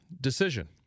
decision